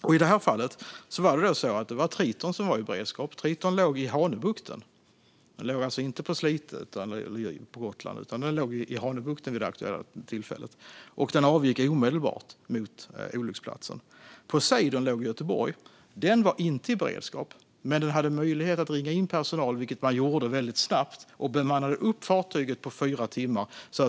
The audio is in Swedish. I det här fallet var det Triton som var i beredskap. Triton låg i Hanöbukten. Den låg alltså inte vid Slite - på Gotland - utan i Hanöbukten vid det aktuella tillfället, och den avgick omedelbart mot olycksplatsen. Poseidon låg i Göteborg. Den var inte i beredskap, men det fanns möjlighet att ringa in personal. Detta gjorde man väldigt snabbt; man bemannade fartyget på fyra timmar.